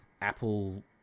Apple